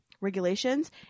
regulations